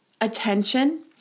attention